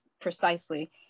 precisely